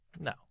No